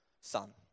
son